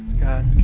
God